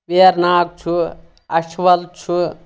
ویرناگ چھُ اَچھوَل چھُ